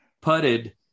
putted